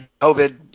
COVID